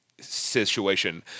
situation